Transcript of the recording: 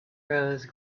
rose